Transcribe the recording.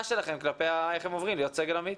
שלכם בשאלה איך הם עוברים להיות סגל עמית,